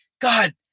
God